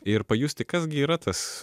ir pajusti kas gi yra tas